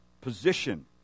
position